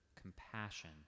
compassion